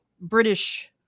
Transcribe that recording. british